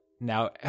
Now